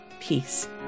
peace